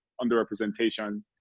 underrepresentation